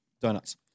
Donuts